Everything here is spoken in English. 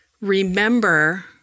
remember